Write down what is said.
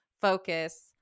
focus